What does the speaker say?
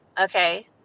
Okay